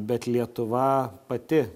bet lietuva pati